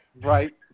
Right